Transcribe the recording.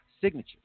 Signature